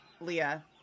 Leah